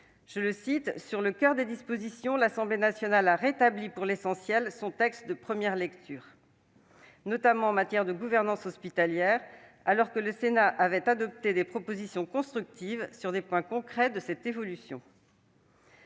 Milon :« sur le coeur des dispositions, l'Assemblée nationale a rétabli, pour l'essentiel, son texte de première lecture », notamment en matière de gouvernance hospitalière, alors que le Sénat avait adopté des propositions constructives sur des points concrets de cette évolution.